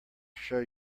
show